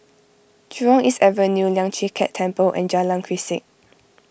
Jurong East Avenue Lian Chee Kek Temple and Jalan Grisek